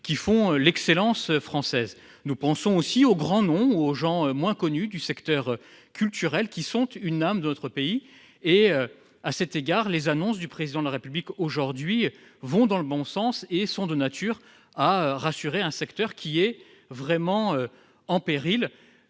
qui font l'excellence française. Je pense aussi aux grands noms ou aux gens moins connus du secteur culturel, qui sont une âme de notre pays. À cet égard, les annonces du Président de la République aujourd'hui vont dans le bon sens et sont de nature à rassurer un secteur véritablement en péril.